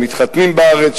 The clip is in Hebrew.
שמתחתנים בארץ,